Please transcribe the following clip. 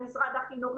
למשרד החינוך,